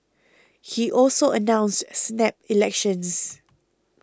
he also announced snap elections